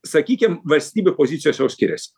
sakykim valstybių pozicijos jau skiriasi